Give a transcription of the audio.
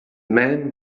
man